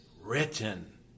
written